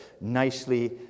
nicely